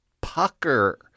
pucker